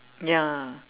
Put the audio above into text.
ya